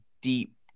deep